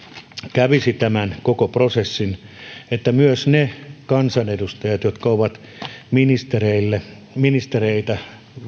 kävisi tämän koko prosessin että huomioidaan myös ne kansanedustajat jotka ovat ministereitä